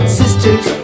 sisters